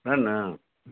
छै ने